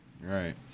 Right